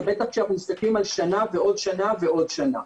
ובטח כשאנחנו מסתכלים על שנה ועוד שנה ועוד שנה.